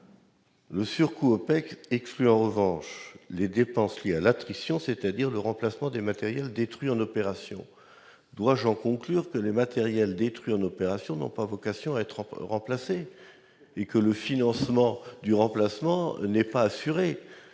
Les surcoûts OPEX excluent en revanche les dépenses liées à l'attrition, c'est-à-dire le remplacement des matériels détruits en opération. » Dois-je en conclure que les matériels détruits en opération n'ont pas vocation à être remplacés et que le financement du remplacement n'est pas assuré ?